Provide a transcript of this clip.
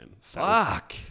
Fuck